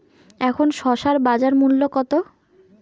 এখন শসার বাজার মূল্য কত?